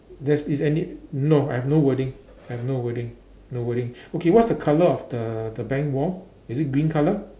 there's is any no I've no wording I've no wording no wording okay what's the colour of the the bank wall is it green colour